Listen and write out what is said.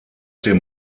dem